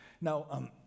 Now